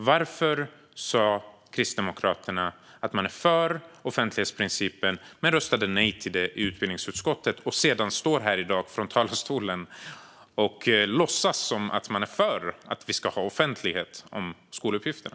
Varför sa Kristdemokraterna att man är för offentlighetsprincipen för att sedan rösta nej till förslaget i utbildningsutskottet och i dag stå här i talarstolen och låtsas som att man är för att vi ska ha offentlighet om skoluppgifterna?